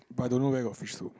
but I don't know where got fish soup